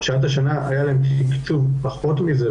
שעד השנה היה להם תקצוב פחות מזה,